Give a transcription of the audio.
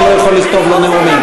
אני לא יכול לכתוב לו נאומים.